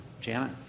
Janet